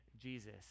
Jesus